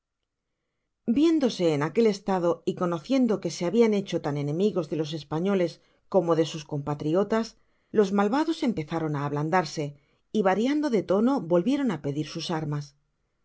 viéndose en aquel estado y conociendo que se habian hecho tan enemigos de los españoles como de sus compatriotas los malvados empezaron á ablandarse y variando de tono volvieron á pedir sus armas